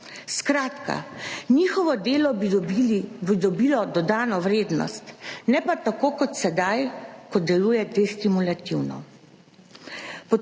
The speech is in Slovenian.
Skratka, njihovo delo bi dobilo dodano vrednost, ne pa tako kot sedaj, ko deluje destimulativno.